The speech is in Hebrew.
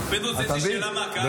פינדרוס, יש לי שאלה מהקהל.